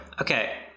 Okay